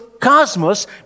cosmos